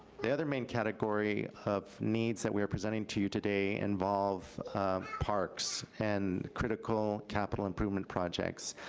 the other main category of needs that we are presenting to you today involve parks and critical capital improvement projects.